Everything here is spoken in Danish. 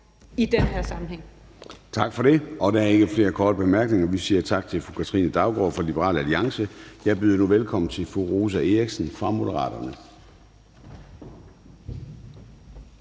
(Søren Gade): Tak for det. Der er ikke flere korte bemærkninger, og så siger vi tak til fru Katrine Daugaard fra Liberal Alliance. Jeg byder nu velkommen til fru Rosa Eriksen fra Moderaterne.